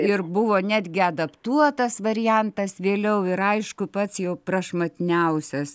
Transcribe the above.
ir buvo netgi adaptuotas variantas vėliau ir aišku pats jo prašmatniausias